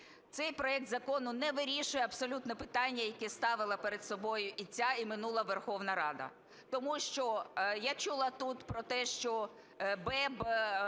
цей проект закону не вирішує абсолютно питання, які ставила перед собою і ця, і минула Верховна Рада. Тому що я чула тут про те, що БЕБ